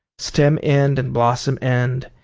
stem end and blossom end,